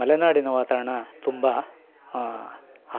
ಮಲೆನಾಡಿನ ವಾತಾವರಣ ತುಂಬ